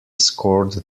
scored